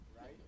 Right